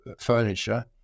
furniture